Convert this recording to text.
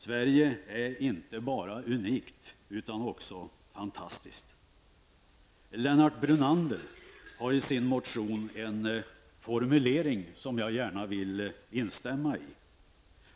Sverige är inte bara unikt utan också fantastiskt! Lennart Brunander har i en motion en formulering som jag gärna vill instämma i.